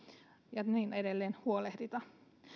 ja niin edelleen huolehdita